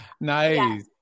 Nice